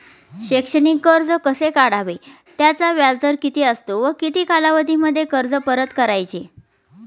शैक्षणिक कर्ज कसे काढावे? त्याचा व्याजदर किती असतो व किती कालावधीमध्ये कर्ज परत करायचे?